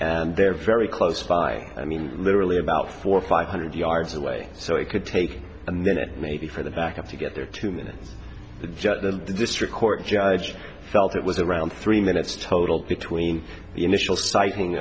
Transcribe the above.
and they're very close by i mean literally about four or five hundred yards away so it could take a minute maybe for the backup to get there to judge the district court judge felt it was around three minutes total between the initial sighting